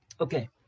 Okay